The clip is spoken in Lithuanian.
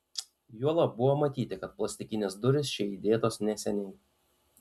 juolab buvo matyti kad plastikinės durys čia įdėtos neseniai